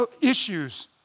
issues